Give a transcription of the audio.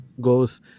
goes